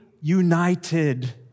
united